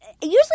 usually